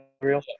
real